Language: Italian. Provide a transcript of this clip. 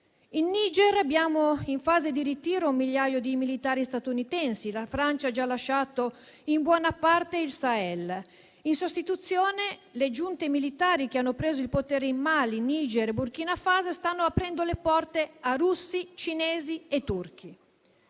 In Niger abbiamo in fase di ritiro un migliaio di militari statunitensi, la Francia ha già lasciato in buona parte il Sahel. In sostituzione, le giunte militari che hanno preso il potere in Mali, Niger e Burkina Faso stanno aprendo le porte a russi, cinesi e turchi.